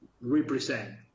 represent